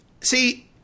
See